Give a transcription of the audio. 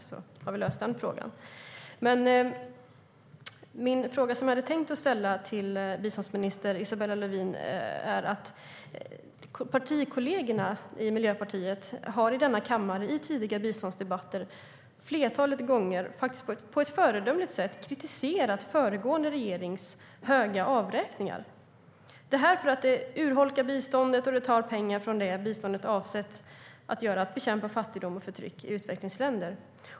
Då har vi löst den frågan. Den fråga jag vill ställa till biståndsminister Isabella Lövin gäller avräkningarna. Ministerns partikolleger i Miljöpartiet har i tidigare biståndsdebatter i denna kammare ett flertal gånger, faktiskt på ett föredömligt sätt, kritiserat föregående regerings höga avräkningar eftersom det urholkar biståndet och tar pengar från sådant som biståndet är avsett till, att bekämpa fattigdom och förtryck i utvecklingsländer.